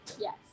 Yes